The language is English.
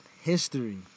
history